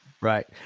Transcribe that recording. Right